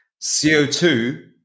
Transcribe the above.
CO2